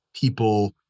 People